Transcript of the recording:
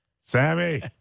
Sammy